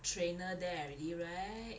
trainer there already right